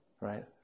Right